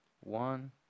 One